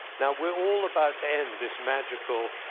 now, we're all about to end this magical,